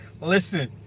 Listen